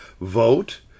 vote